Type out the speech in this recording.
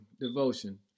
devotion